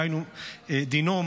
דינו,